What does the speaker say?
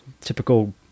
typical